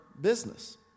business